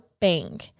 bang